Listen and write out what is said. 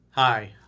Hi